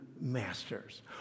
masters